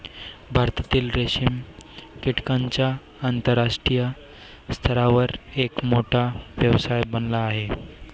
भारतातील रेशीम कीटकांचा आंतरराष्ट्रीय स्तरावर एक मोठा व्यवसाय बनला आहे